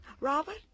Robert